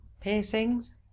piercings